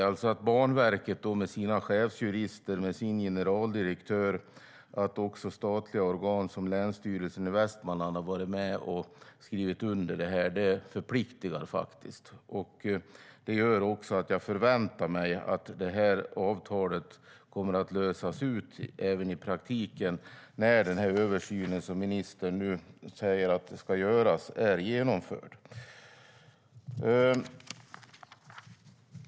Att Banverket med sin generaldirektör och sina chefsjurister och det statliga organet Länsstyrelsen i Västmanlands län har varit med och skrivit under detta förpliktar. Det gör att jag förväntar mig att detta avtal kommer att lösas ut även i praktiken när den översyn som ministern säger ska göras är genomförd.